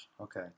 Okay